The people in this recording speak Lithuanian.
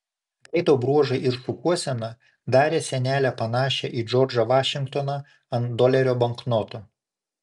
veido bruožai ir šukuosena darė senelę panašią į džordžą vašingtoną ant dolerio banknoto